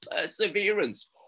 perseverance